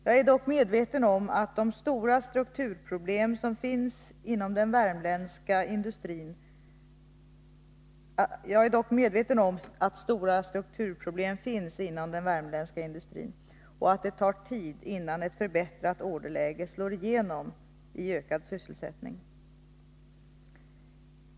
Jag är dock medveten om de stora strukturproblem som finns inom den värmländska industrin och den tid det tar innan ett förbättrat orderläge slår igenom i ökad sysselsättning.